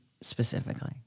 specifically